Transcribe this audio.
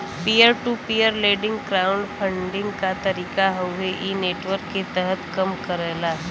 peer to peer lending crowdfunding क तरीका हउवे इ नेटवर्क के तहत कम करला